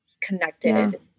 connected